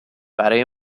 برای